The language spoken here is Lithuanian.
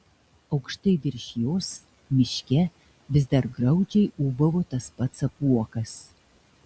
aukštai virš jos miške vis dar graudžiai ūbavo tas pats apuokas